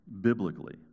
biblically